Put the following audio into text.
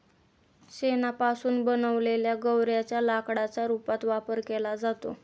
शेणापासून बनवलेल्या गौर्यांच्या लाकडाच्या रूपात वापर केला जातो